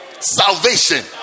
Salvation